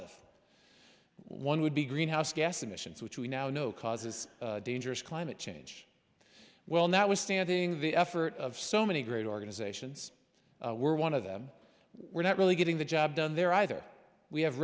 of one would be greenhouse gas emissions which we now know causes dangerous climate change well not withstanding the effort of so many great organizations we're one of them we're not really getting the job done there either we have